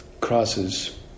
crosses